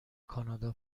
کانادا